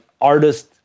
artist